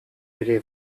ere